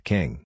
King